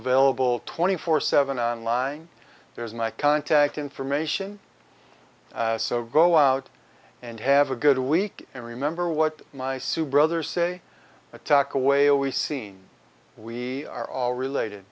available twenty four seven on line there is my contact information so go out and have a good week and remember what my sue brothers say attack away all we seen we are all related